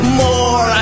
more